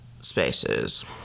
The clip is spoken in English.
spaces